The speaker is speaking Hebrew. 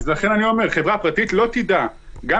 אז לכן אני אומר שחברה פרטית לא תדע את